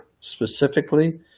specifically